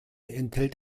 enthält